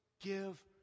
give